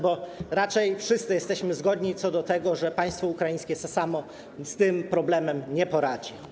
Bo raczej wszyscy jesteśmy zgodni co do tego, że państwo ukraińskie samo z tym problemem sobie nie poradzi.